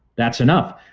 that's enough.